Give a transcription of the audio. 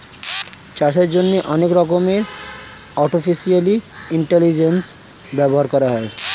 চাষের জন্যে অনেক রকমের আর্টিফিশিয়াল ইন্টেলিজেন্স ব্যবহার করা হয়